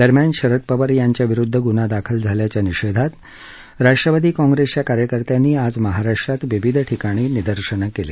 दरम्यान शरद पवार यांच्या विरुद्ध गुन्हा दाखल झाल्याच्या निषेधात राष्ट्रवादी काँग्रेसच्या कार्यकर्त्यांनी आज महाराष्ट्रात विविध ठिकाणी निदर्शनं केली